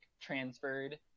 transferred